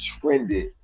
trended